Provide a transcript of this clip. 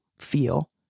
feel